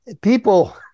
people